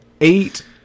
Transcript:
eight